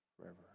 forever